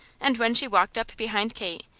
and when she walked up behind kate,